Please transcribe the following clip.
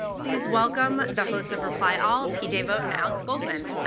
please welcome the hosts of reply all, pj vogt and alex goldman.